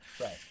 Right